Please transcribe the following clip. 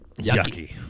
Yucky